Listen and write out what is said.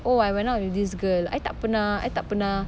oh I went out with this girl I tak pernah I tak pernah